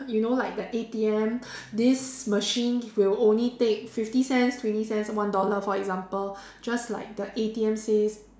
you know like the A_T_M this machine will only take fifty cents twenty cents one dollar for example just like the A_T_M says